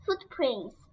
Footprints